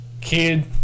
kid